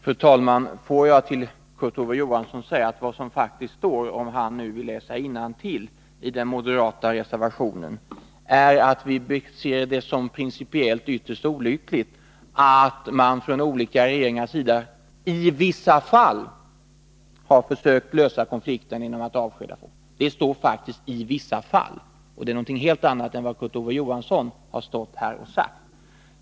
Fru talman! Låt mig säga till Kurt Ove Johansson att vad som står i den moderata reservationen är att vi ser det som principiellt ytterst olyckligt att man från olika regeringars sida i vissa fall har försökt lösa konflikter genom att avskeda folk. Om Kurt Ove Johansson vill läsa innantill, skall han se att det står ”i vissa fall”, och det är någonting helt annat än vad han har stått här och sagt.